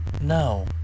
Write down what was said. No